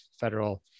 federal